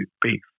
beef